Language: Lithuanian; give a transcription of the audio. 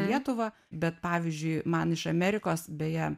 lietuvą bet pavyzdžiui man iš amerikos beje